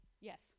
Yes